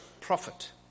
prophet